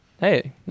Hey